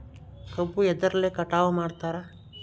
ಕಬ್ಬು ಎದ್ರಲೆ ಕಟಾವು ಮಾಡ್ತಾರ್?